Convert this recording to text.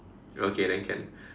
okay then can